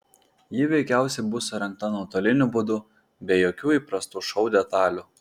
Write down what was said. ji veikiausiai bus surengta nuotoliniu būdu be jokių įprastų šou detalių